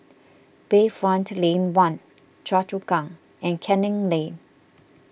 Bayfront Lane one Choa Chu Kang and Canning Lane